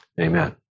Amen